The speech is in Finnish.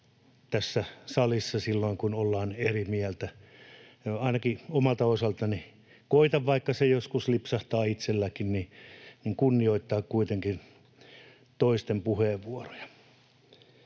tässä salissa silloin, kun ollaan eri mieltä. Ainakin omalta osaltani koetan, vaikka se joskus lipsahtaa itselläkin, kunnioittaa kuitenkin toisten puheenvuoroja.